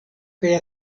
kaj